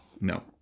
No